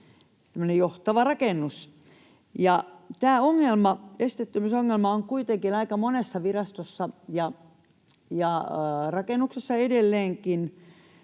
johtava rakennus. Tämä esteettömyysongelma on kuitenkin aika monessa virastossa ja rakennuksessa edelleenkin.